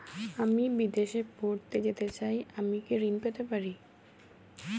আমি বিদেশে পড়তে যেতে চাই আমি কি ঋণ পেতে পারি?